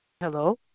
Hello